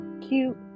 cute